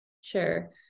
Sure